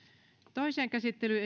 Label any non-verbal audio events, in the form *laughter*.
toiseen käsittelyyn *unintelligible*